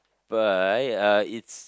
by uh it's